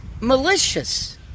malicious